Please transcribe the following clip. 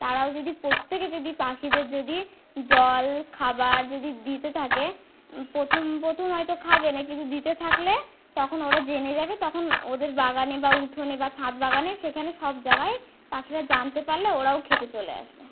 তারাও যদি প্রত্যেকে যদি পাখিদের যদি জল খাবার যদি দিতে থাকে প্রথম প্রথম হয়তো খাবে না কিন্তু দিতে থাকলে তখন ওরা জেনে যাবে তখন ওদের বাগানে বা উঠোনে বা ছাদ বাগানে সেখানে সব জায়গায় পাখিরা জানতে পারলে ওরাও খেতে চলে আসবে